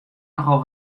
nochal